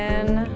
in